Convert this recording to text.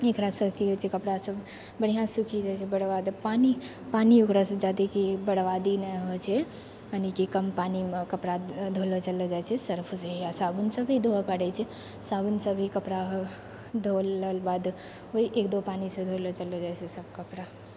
एकरा सबके की होइ छै कपड़ा सब बढ़िआँसँ सुखि जाइ छै बर्बाद पानी ओकरासँ ज्यादाके बर्बादी नहि होइ छै यानीकि कम पानीमे कपड़ा धोलऽ चललऽ जाइ छै सर्फ या साबुनसँ भी धोबै पड़ै छै साबुनसँ भी कपड़ा धोलाके बाद वही एक दो पानीसँ धोलऽ चललऽ जाइ छै सब कपड़ा